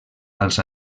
als